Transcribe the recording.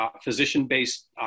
physician-based